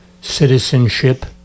citizenship